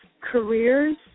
careers